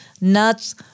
nuts